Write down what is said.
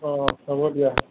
অঁ হ'ব দিয়া